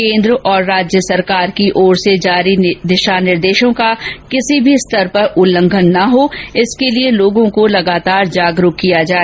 केन्द्र और राज्य की ओर से जारी दिशा निर्देशों का किसी भी स्तर पर उल्लंघन न हो इसके लिए लोगों को लगातार जागरूक किया जाए